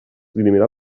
dirimirà